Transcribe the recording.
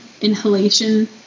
inhalation